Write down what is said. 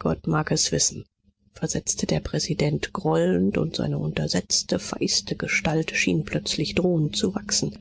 gott mag es wissen versetzte der präsident grollend und seine untersetzte feiste gestalt schien plötzlich drohend zu wachsen